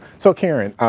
so karen,